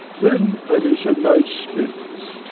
then i may send my spits?